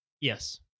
Yes